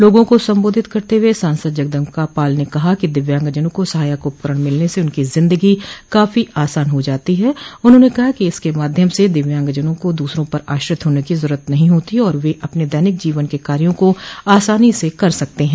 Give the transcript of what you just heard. लोगों को सम्बोधित करते हुए सांसद जगदम्बिकापाल ने कहा कि दिव्यागंजनों को सहायक उपकरण मिलने से उनकी जिन्दगी काफी आसान हो जातो हैं उन्होने कहा कि इनके माध्यम से दिव्यांगजनों को दूसरों पर आश्रित होने की जरूरत नहीं होती और वे अपने दैनिक जीवन के कार्यो को आसानी से कर सकते है